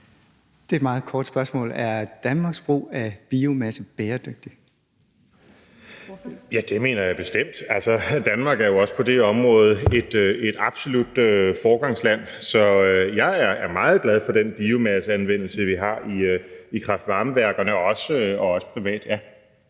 (Karen Ellemann): Ordføreren. Kl. 11:28 Morten Messerschmidt (DF): Ja, det mener jeg bestemt. Danmark er jo også på det område et absolut foregangsland. Så ja, jeg er meget glad for den biomasseanvendelse, vi har i kraft-varme-værkerne og også privat.